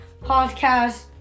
podcast